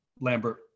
Lambert